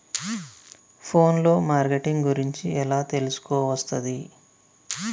Phone లో marketing గురించి ఎలా తెలుసుకోవస్తది?